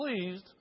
pleased